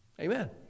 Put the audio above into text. Amen